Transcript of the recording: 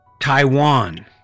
Taiwan